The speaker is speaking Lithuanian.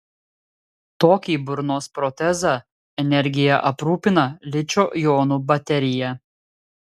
tokį burnos protezą energija aprūpina ličio jonų baterija